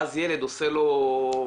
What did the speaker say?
ואז ילד עושה לו משהו,